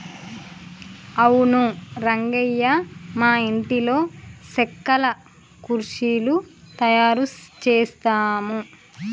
అవును రంగయ్య మా ఇంటిలో సెక్కల కుర్చీలు తయారు చేసాము